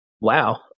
Wow